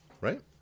Right